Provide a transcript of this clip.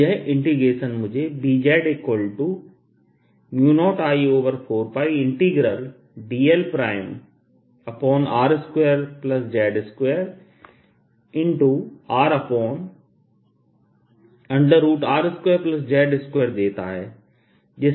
तो यह इंटीग्रेशन मुझे z0I4πdlR2z2RR2z2 देता है